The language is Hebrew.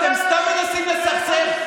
אתם סתם מנסים לסכסך.